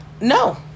No